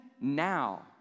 now